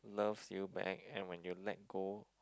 love you back and and when you let go